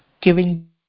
giving